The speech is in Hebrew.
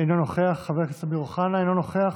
אינו נוכח, חבר הכנסת אמיר אוחנה, אינו נוכח,